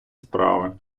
справи